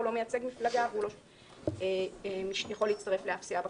הוא לא מייצג מפלגה ולא יכול להצטרף לאף סיעה בכנסת.